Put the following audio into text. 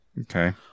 Okay